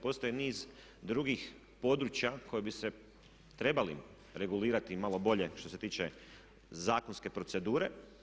Postoji niz drugih područja koji bi se trebali regulirati i malo bolje što se tiče zakonske procedure.